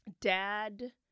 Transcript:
Dad